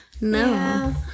No